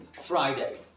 Friday